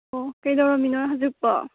ꯑꯣ ꯀꯩꯗꯧꯔꯝꯃꯤꯅꯣ ꯍꯧꯖꯤꯛꯄꯣ